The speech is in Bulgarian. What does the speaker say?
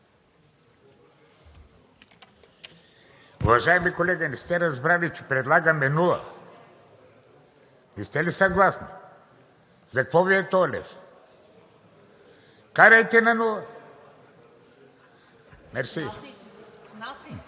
Уважаеми колега, не сте разбрали, че предлагаме нула. Не сте ли съгласни?! За какво Ви е този лев?! Карайте на нула! Мерси.